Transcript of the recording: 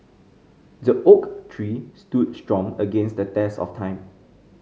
the oak tree stood strong against the test of time